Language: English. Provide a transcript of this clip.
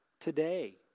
today